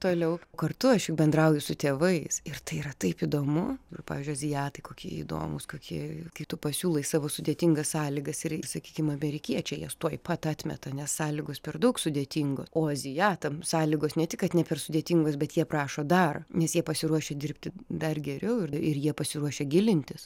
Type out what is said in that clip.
toliau kartu aš juk bendrauju su tėvais ir tai yra taip įdomu ir pavyzdžiui azijatai kokie įdomūs kokie kai tu pasiūlai savo sudėtingas sąlygas ir sakykim amerikiečiai jas tuoj pat atmeta nes sąlygos per daug sudėtingos o azijatam sąlygos ne tik kad ne per sudėtingos bet jie prašo dar nes jie pasiruošę dirbti dar geriau ir jie pasiruošę gilintis